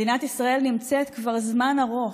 מדינת ישראל נמצאת כבר זמן ארוך,